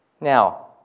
Now